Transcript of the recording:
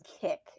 kick